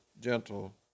gentle